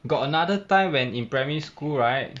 got another time when in primary school right